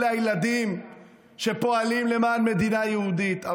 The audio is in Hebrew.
אלה הילדים שפועלים למען מדינה יהודית.